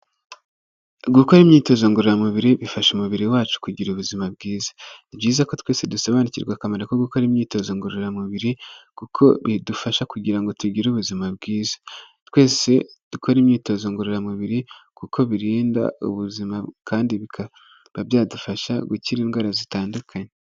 Gukora imyitozo ngororamubiri bifasha umubiri wacu kugira ubuzima bwiza. Ni byiza ko twese dusobanukirwa akamaro ko gukora imyitozo ngororamubiri kuko bidufasha kugira ngo tugire ubuzima bwiza. Twese dukore imyitozo ngororamubiri kuko birinda ubuzima kandi bikaba byadufasha gukira indwara zitandukanye.